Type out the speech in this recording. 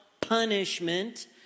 punishment